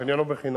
החניון הוא בחינם.